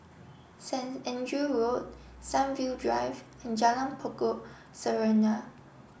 Saint Andrew Road Sunview Drive and Jalan Pokok Serunai